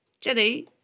jenny